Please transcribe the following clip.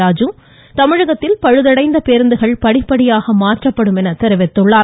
ராஜு தமிழகத்தில் பழுதடைந்த பேருந்துகள் படிப்படியாக மாற்றப்படும் என தெரிவித்துள்ளார்